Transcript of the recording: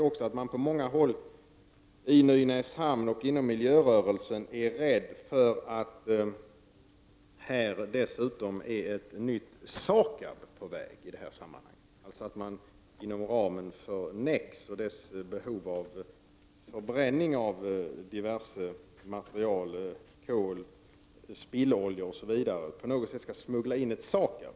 Man är på många håll i Nynäshamn och inom miljörörelsen rädd för att det i detta sammanhang är på väg ett nytt SAKAB. Inom ramen för tillgodoseendet av NEX behov av förbränning av diverse material som kol, spilloljor osv. skulle man alltså även på något sätt smuggla in ett nytt SAKAB.